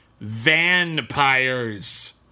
Vampires